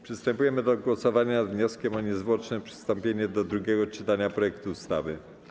Przystępujemy do głosowania nad wnioskiem o niezwłoczne przystąpienie do drugiego czytania projektu ustawy.